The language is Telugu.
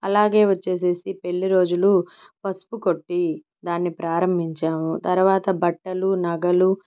అలాగే వచ్చేసేసి పెళ్లి రోజులు పసుపు కొట్టి దాన్ని ప్రారంభించాము తర్వాత బట్టలు నగలు